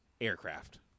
aircraft